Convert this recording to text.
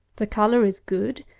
the colour is good,